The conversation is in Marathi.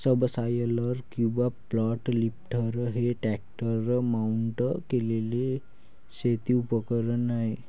सबसॉयलर किंवा फ्लॅट लिफ्टर हे ट्रॅक्टर माउंट केलेले शेती उपकरण आहे